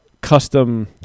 custom